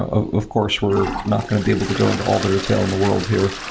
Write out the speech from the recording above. ah of course, we're not going to be able to go into all the detail in the world here.